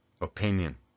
opinion